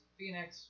Phoenix